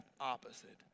opposite